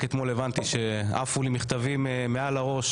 רק אתמול הבנתי שעפו לי מכתבים מעל הראש